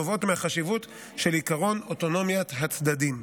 הנובעות מהחשיבות של עקרון אוטונומיית הצדדים.